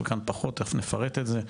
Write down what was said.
חלקן פחות נפרט את זה.